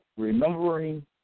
remembering